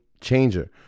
changer